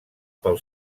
pel